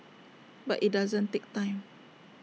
but IT doesn't take time